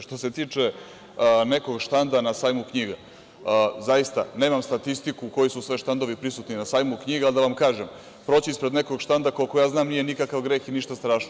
Što se tiče nekog štanda na Sajmu knjiga, zaista nemam statistiku koji su sve štandovi prisutni na Sajmu knjiga, ali da vam kažem, proći ispred nekog štanda, koliko ja znam, nije nikakav greh i ništa strašno.